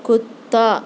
کتّا